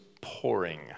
pouring